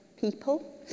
people